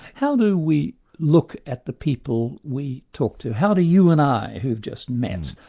how do we look at the people we talk to? how do you and i, who've just met,